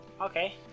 okay